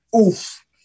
oof